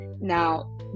Now